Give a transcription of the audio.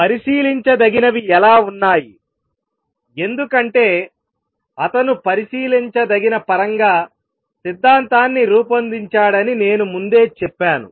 పరిశీలించదగినవి ఎలా ఉన్నాయి ఎందుకంటే అతను పరిశీలించదగిన పరంగా సిద్ధాంతాన్ని రూపొందించాడని నేను ముందే చెప్పాను